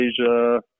Asia